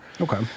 Okay